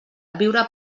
viure